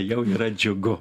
jau yra džiugu